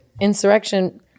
insurrection